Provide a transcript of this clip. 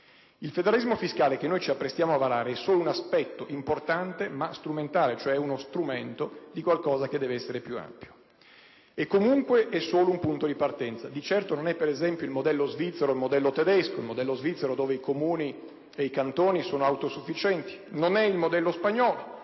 Il federalismo fiscale che ci apprestiamo a varare è solo un aspetto, importante ma strumentale. È cioè uno strumento di qualcosa che deve essere più ampio e, comunque, è solo un punto di partenza. Di certo non è, per esempio, il modello svizzero o quello tedesco. Nel modello svizzero i Comuni e i Cantoni sono autosufficienti. Non è il modello spagnolo,